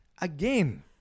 again